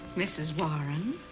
mrs. warren.